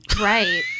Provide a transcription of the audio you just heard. Right